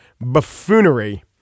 buffoonery